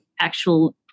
actual